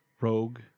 rogue